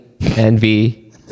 envy